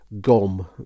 GOM